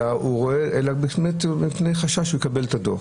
אלא מפני חשש לקבלת דוח.